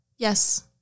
Yes